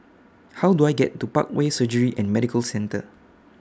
How Do I get to Parkway Surgery and Medical Centre